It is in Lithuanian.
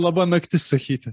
labanaktis sakyti